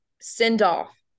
send-off